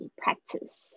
，practice 。